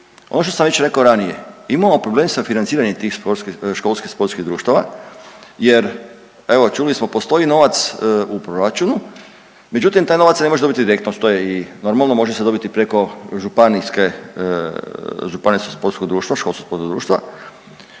ono što sam već rekao ranije imamo problem sa financiranjem tih školskih sportskih društava, jer evo čuli smo postoji novac u proračunu. Međutim, taj novac se ne može dobiti direktno što je i normalno. Može se dobiti preko županijskog sportskog društva, školskog sportskog društva.